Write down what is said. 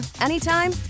anytime